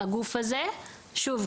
שוב,